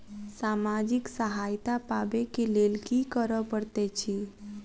सामाजिक सहायता पाबै केँ लेल की करऽ पड़तै छी?